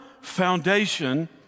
foundation